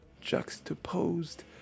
juxtaposed